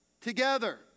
together